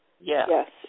yes